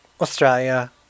Australia